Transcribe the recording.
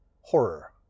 horror